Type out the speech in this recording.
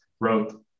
wrote